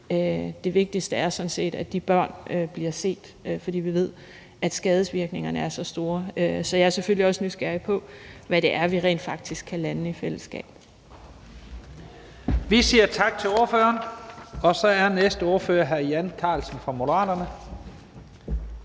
det vigtigste sådan set, at de børn bliver set, fordi vi ved, at skadevirkningerne er så store. Så jeg er selvfølgelig også nysgerrig på, hvad det er, vi rent faktisk kan lande i fællesskab.